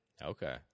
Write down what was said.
okay